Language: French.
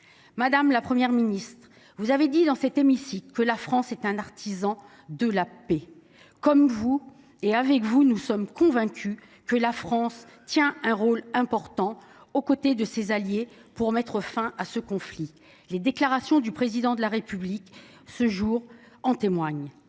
Madame la Première ministre, vous avez affirmé dans cet hémicycle que la France est un artisan de la paix. Comme vous, avec vous, nous sommes convaincus que la France assume un rôle important, aux côtés de ses alliés, pour mettre fin à ce conflit. Les déclarations faites aujourd’hui par le Président de la République en témoignent.